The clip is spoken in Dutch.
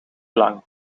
lang